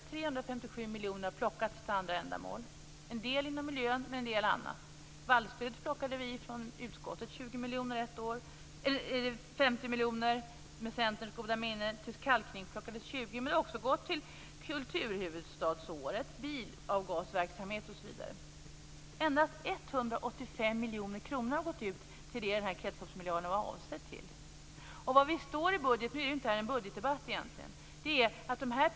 357 miljoner kronor har plockats till andra ändamål, en del inom miljön och en del till annat. 50 miljoner togs till vallstöd med Centerns goda minne. Till kalkning plockades ut 20 miljoner. Pengar har gått till Kulturhuvudstadsåret, bilavgasverksamhet osv. Endast 185 miljoner kronor har gått till sådant kretsloppsmiljarden var avsedd för. Nu är detta egentligen inte en budgetdebatt.